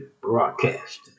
broadcast